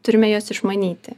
turime juos išmanyti